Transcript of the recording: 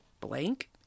blank